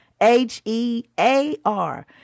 H-E-A-R